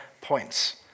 points